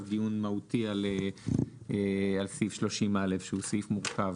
דיון מהותי על סעיף 30א שהוא סעיף מורכב.